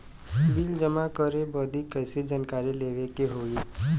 Bill जमा करे बदी कैसे जानकारी लेवे के होई?